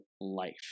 life